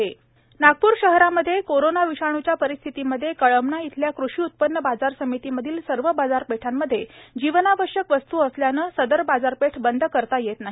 कळमना बाजारपेठ नागपूर शहरांमध्ये कोरोना विषाणूच्या परिस्थितीमध्ये कळमना येथील कृषी उत्पन्न बाजार समितीमधील सर्व बाजारपेठेमध्ये जीवनावश्यक वस्तू असल्याने सदर बाजारपेठ बंद करता येत नाही